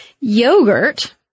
yogurt